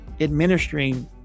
administering